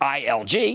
ILG